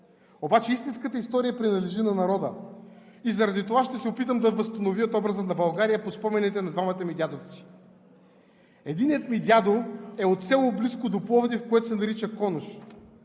обаче истинската история принадлежи на народа и заради това ще се опитам да възстановя образа на България по спомените на двамата ми дядовци. Единият ми дядо е от село, близко до Пловдив, което се нарича Конуш